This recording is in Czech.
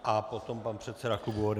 A potom pan předseda klubu ODS.